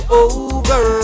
over